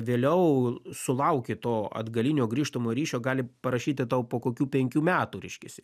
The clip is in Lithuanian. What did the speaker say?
vėliau sulauki to atgalinio grįžtamojo ryšio gali parašyti tau po kokių penkių metų reiškiasi